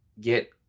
get